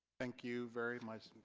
thank you very much